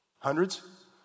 Hundreds